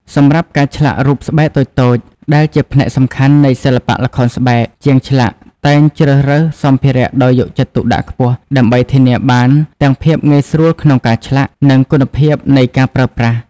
សម្រាប់ការឆ្លាក់រូបស្បែកតូចៗ ដែលជាផ្នែកសំខាន់នៃសិល្បៈល្ខោនស្បែក ជាងឆ្លាក់តែងជ្រើសរើសសម្ភារៈដោយយកចិត្តទុកដាក់ខ្ពស់ ដើម្បីធានាបានទាំងភាពងាយស្រួលក្នុងការឆ្លាក់ និងគុណភាពនៃការប្រើប្រាស់។